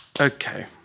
Okay